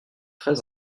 très